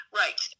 right